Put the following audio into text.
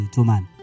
Toman